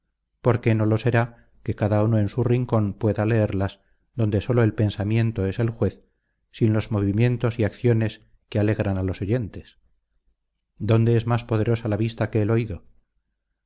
por qué no lo será que cada uno en su rincón pueda leerlas donde solo el pensamiento es el juez sin los movimientos y acciones que alegran a los oyentes dónde es más poderosa la vista que el oído